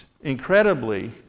incredibly